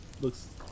looks